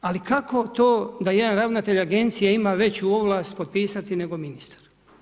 Ali kako to da jedan ravnatelj agencije ima veću ovlast potpisati nego ministar?